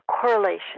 correlation